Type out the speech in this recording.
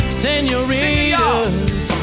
senoritas